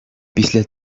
після